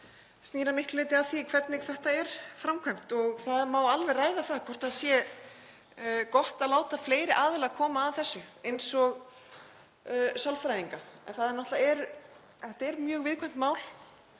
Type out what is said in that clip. að miklu leyti að því hvernig þetta er framkvæmt og það má alveg ræða það hvort gott sé að láta fleiri aðila koma að þessu, eins og sálfræðinga, en þetta er mjög viðkvæmt mál